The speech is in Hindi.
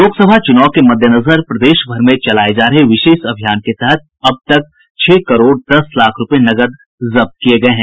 लोकसभा चुनाव के मद्देनजर प्रदेश भर में चलाये जा रहे विशेष अभियान के तहत अब छह करोड़ दस लाख रूपये नकद जब्त किये गये हैं